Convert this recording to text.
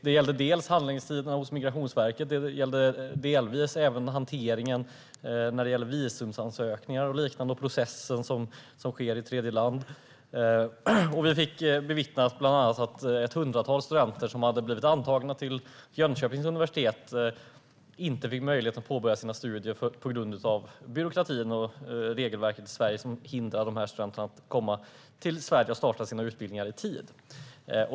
Det gällde handläggningstiderna hos Migrationsverket, delvis även hanteringen av visumansökningar och liknande processer i tredjeland. Vi fick bland annat bevittna att ett hundratal studenter som hade blivit antagna till Jönköpings universitet på grund av byråkratin och regelverket i Sverige hindrades att komma till Sverige för att starta sina utbildningar i tid.